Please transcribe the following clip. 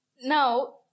Now